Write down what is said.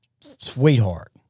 sweetheart